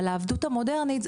אבל ה'עבדות המודרנית',